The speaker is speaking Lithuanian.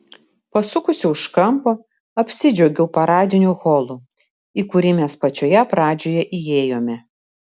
pasukusi už kampo apsidžiaugiau paradiniu holu į kurį mes pačioje pradžioje įėjome